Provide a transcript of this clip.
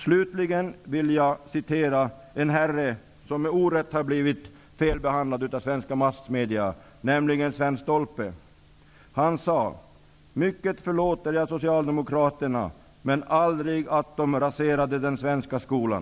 Slutligen vill jag citera en herre som med orätt har blivit felbehandlad av svenska massmedia, nämligen Sven Stolpe. Han sade: ''Mycket förlåter jag Socialdemokraterna, men aldrig att de raserade den svenska skolan.''